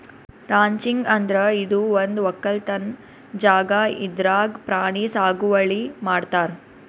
ranching ಅಂದ್ರ ಇದು ಒಂದ್ ವಕ್ಕಲತನ್ ಜಾಗಾ ಇದ್ರಾಗ್ ಪ್ರಾಣಿ ಸಾಗುವಳಿ ಮಾಡ್ತಾರ್